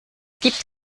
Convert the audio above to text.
gibt